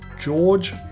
George